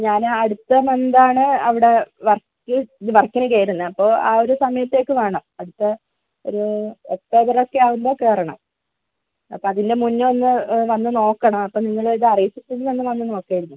ഞാനാടുത്ത മന്താണ് അവിടെ വർക്ക് വർക്കിന് കയറുന്നത് അപ്പോൾ ആ ഒരു സമയത്തേക്ക് വേണം അതിപ്പോൾ ഒരു ഒക്ടോബറൊക്കെ ആകുമ്പോൾ കയറണം അപ്പോൾ അതിന് മുന്നേ ഒന്ന് വന്ന് നോക്കണം അപ്പോൾ നിങ്ങൾ ഇത് അറീച്ചിട്ടൊന്ന് വന്ന് നോക്കാമായിരുന്നു